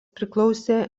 priklausė